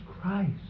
Christ